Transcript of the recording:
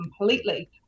completely